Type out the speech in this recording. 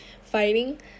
fighting